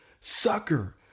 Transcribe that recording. Sucker